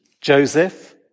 Joseph